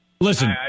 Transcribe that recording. Listen